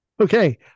Okay